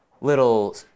little